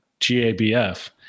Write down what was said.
gabf